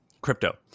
crypto